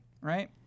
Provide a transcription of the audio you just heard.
right